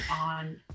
on